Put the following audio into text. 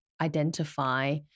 identify